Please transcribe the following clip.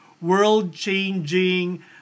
world-changing